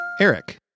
Eric